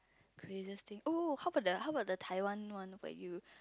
craziest thing oo how about the how about the Taiwan one where you